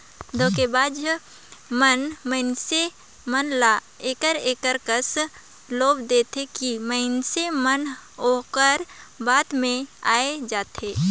धोखेबाज मन मइनसे मन ल एकर एकर कस लोभ देथे कि मइनसे मन ओकर बात में आए जाथें